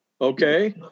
okay